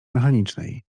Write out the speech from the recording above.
mechanicznej